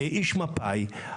איש מפא"י,